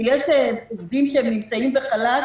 שיש להן עובדים שנמצאים בחל"ת,